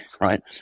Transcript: right